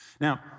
Now